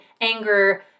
anger